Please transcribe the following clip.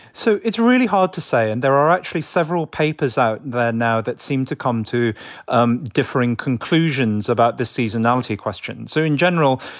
so it's really hard to say. and there are actually several papers out there now that seem to come to um differing conclusions about the seasonality question. so in general,